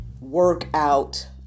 workout